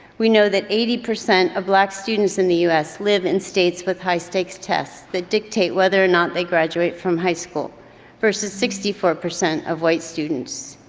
we know that eighty percent of black students in the us live in states with high-stakes tests that dictate whether or not they graduate from high school versus sixty four percent of white students.